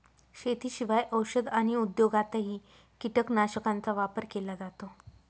शेतीशिवाय औषध आणि उद्योगातही कीटकनाशकांचा वापर केला जातो